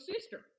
sister